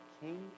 king